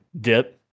dip